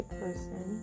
person